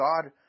God